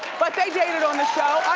but they dated on the show,